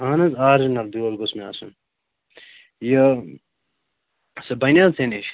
اَہَن حظ آرجِنَل بیٛوٚل گوٚژھ مےٚ آسُن یہِ سُہ بَنہِ حظ ژےٚ نِش